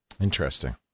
Interesting